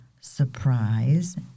surprise